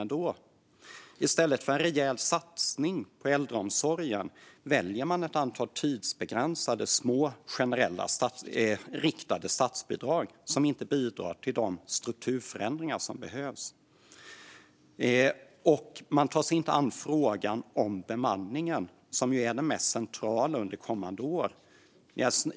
I stället för en rejäl satsning på äldreomsorgen väljer man ett antal tidsbegränsade, små riktade statsbidrag som inte bidrar till de strukturförändringar som behövs. Man tar sig inte heller an frågan om bemanningen, som är den mest centrala under kommande år.